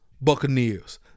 Buccaneers